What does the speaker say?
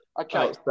Okay